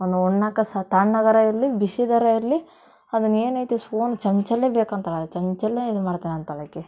ಒಂದು ಉಣ್ಣಕ್ಕೆ ಸ ತಣ್ಣಗಾರೂ ಇರಲಿ ಬಿಸಿದಾರ ಇರಲಿ ಅದನ್ನು ಏನೈತಿ ಸ್ಫೂನ್ ಚಮ್ಚದಲ್ಲೆ ಬೇಕು ಅಂತಾಳೆ ಚಮ್ಚದಲ್ಲೇ ಇದು ಮಾಡ್ತಾಳೆ ಅಂತಾಳೆ ಆಕೆ